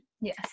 Yes